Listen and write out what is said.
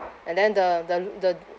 and then the the l~ the